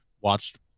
watched